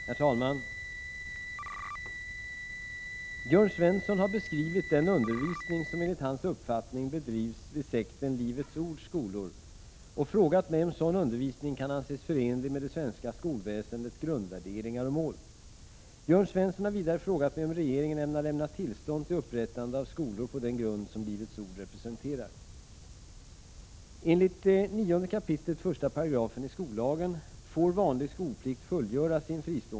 Herr talman! Jörn Svensson har beskrivit den undervisning som enligt hans uppfattning bedrivs vid sekten Livets ords skolor och frågat mig om sådan undervisning kan anses förenlig med det svenska skolväsendets grundvärderingar och mål. Jörn Svensson har vidare frågat mig om regeringen ämnar lämna tillstånd till upprättande av skolor på den grund som Livets ord representerar.